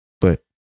But-